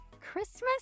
Christmas